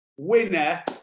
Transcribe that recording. Winner